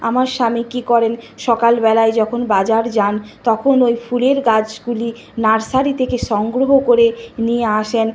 আমার স্বামী কী করেন সকালবেলায় যখন বাজার যান তখন ওই ফুলের গাছগুলি নার্সারি থেকে সংগ্রহ করে নিয়ে আসেন